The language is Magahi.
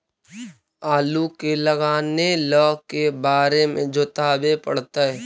आलू के लगाने ल के बारे जोताबे पड़तै?